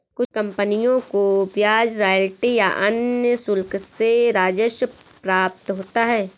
कुछ कंपनियों को ब्याज रॉयल्टी या अन्य शुल्क से राजस्व प्राप्त होता है